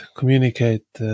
communicate